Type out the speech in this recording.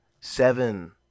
seven